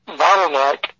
bottleneck